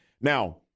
Now